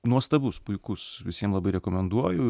nuostabus puikus visiem labai rekomenduoju